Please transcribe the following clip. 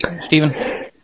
Stephen